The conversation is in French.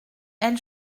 elle